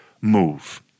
move